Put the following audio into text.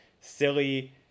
silly